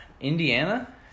Indiana